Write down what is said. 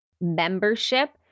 membership